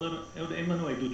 אין לנו עדות,